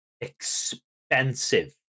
expensive